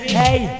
hey